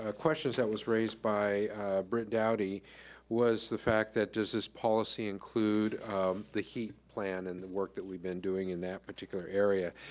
ah questions that was raised by britt dowdy was the fact that does this policy include um the heat plan and the work that we've been doing in that particular area.